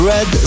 Red